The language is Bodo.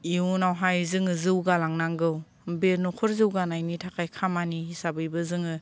इयुनावहाय जोङो जौगालांनांगौ बे न'खर जौगानायनि थाखाय खामानि हिसाबैबो जोङो